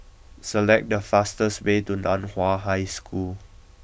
select the fastest way to Nan Hua High School